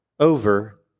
over